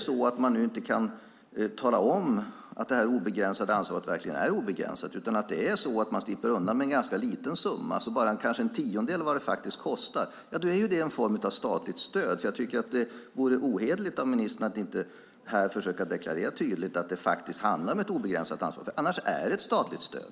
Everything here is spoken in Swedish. Kan man inte tala om att det obegränsade ansvaret verkligen är obegränsat utan man slipper undan med en ganska liten summa som kanske bara är en tiondel av vad det kostar är det en form av statligt stöd. Jag tycker att det vore ohederligt av ministern att inte här försöka deklarera tydligt att det handlar om ett obegränsat ansvar. Annars är det ett statligt stöd.